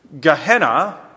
Gehenna